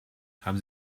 haben